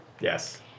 Yes